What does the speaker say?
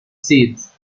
seats